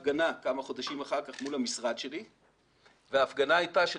כמה חודשים אחר הייתה הפגנה מול המשרד שלי וההפגנה הייתה של